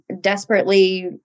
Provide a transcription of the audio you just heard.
desperately